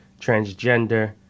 transgender